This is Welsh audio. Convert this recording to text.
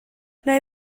nai